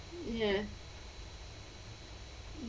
ya